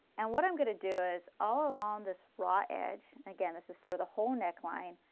and what i am going to do is all along this raw edge, again this is for the whole neckline.